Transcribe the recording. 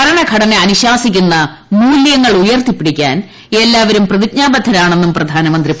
ഭരണഘടന അനുശാസിക്കുന്ന മൂല്യങ്ങൾ ഉയർത്തിപ്പിടിക്കാൻ എല്ലാവരും പ്രതിജ്ഞാബദ്ധരാണെന്നും പ്രധാനമന്ത്രി പറഞ്ഞു